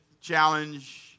challenge